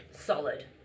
Solid